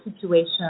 situation